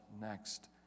next